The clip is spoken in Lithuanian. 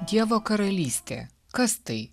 dievo karalystė kas tai